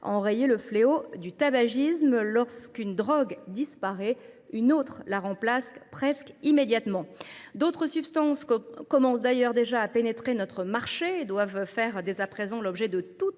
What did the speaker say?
enrayer le fléau du tabagisme. Lorsqu’une drogue disparaît, une autre la remplace presque immédiatement. D’autres substances, qui commencent d’ailleurs à pénétrer notre marché, doivent dès à présent faire l’objet de toute